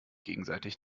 gegenseitig